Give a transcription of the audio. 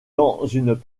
paroisse